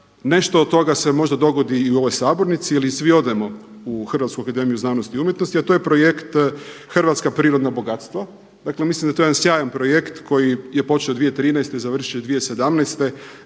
nešto od toga se možda dogodi i u ovoj sabornici ili svi odemo u Hrvatsku akademiju znanosti i umjetnosti, a to je projekt Hrvatska prirodna gospodarstva. Dakle, mislim da je to jedan sjajan projekt koji je počeo 2013. i završio 2017.